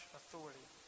authority